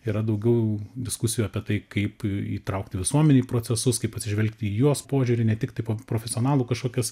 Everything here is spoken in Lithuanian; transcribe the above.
yra daugiau diskusijų apie tai kaip įtraukti visuomenę į procesus kaip atsižvelgti į jos požiūrį ne tik tai po profesionalų kažkokias